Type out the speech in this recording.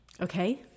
Okay